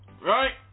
right